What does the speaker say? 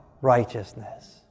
righteousness